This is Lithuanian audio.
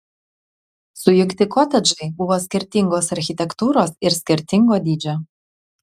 sujungti kotedžai buvo skirtingos architektūros ir skirtingo dydžio